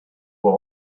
were